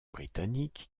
britannique